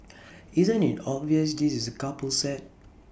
isn't IT obvious this is A couple set